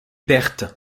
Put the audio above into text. pertes